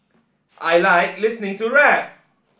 I like listening to rap